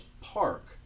Park